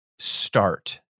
Start